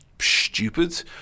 stupid